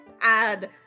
add